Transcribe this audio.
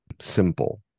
simple